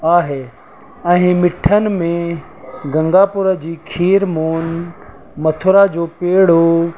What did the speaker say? आहे ऐं मिठनि में गंगापुर जी खीर मोन मथुरा जो पेड़ो